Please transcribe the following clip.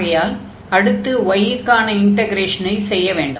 ஆகையால் அடுத்து y க்கான இன்டக்ரேஷனை செய்ய வேண்டும்